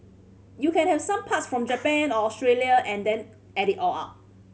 you can have some parts from Japan or Australia and then add it all up